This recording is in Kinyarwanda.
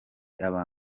aba